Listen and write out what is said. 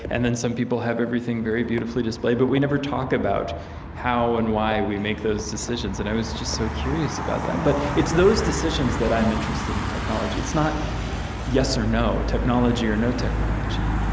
and then some people have everything very beautifully displayed, but we never talk about how and why we make those decisions. and i was just so curious about that. but it's those decisions that i'm interested in technology. it's not yes or no, technology or no technology.